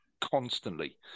constantly